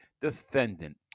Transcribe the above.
defendant